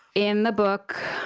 in the book,